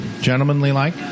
Gentlemanly-like